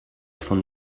von